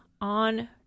on